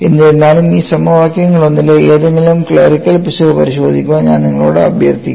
എന്നിരുന്നാലും ഈ സമവാക്യങ്ങളിലൊന്നിലെ ഏതെങ്കിലും ക്ലറിക്കൽ പിശക് പരിശോധിക്കാൻ ഞാൻ നിങ്ങളോട് അഭ്യർത്ഥിക്കുന്നു